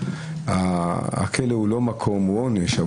אלא קודם כל להציע ענישת מינימום,